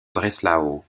breslau